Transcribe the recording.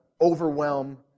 overwhelm